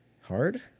Hard